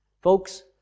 Folks